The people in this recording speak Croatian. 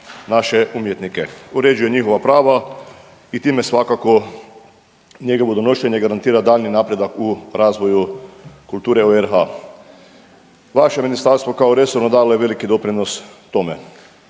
naše umjetnike. Uređuje njihova prava i time svakako njegovo donošenje garantira daljnji napredak u razvoju kulture u RH. Vaše ministarstvo kao resorno dalo je veliki doprinos tome.